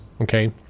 Okay